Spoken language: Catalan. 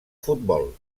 futbol